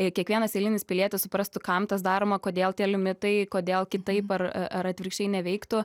i kiekvienas eilinis pilietis suprastų kam tas daroma kodėl tie limitai kodėl kitaip ar ar atvirkščiai neveiktų